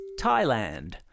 Thailand